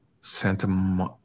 Santa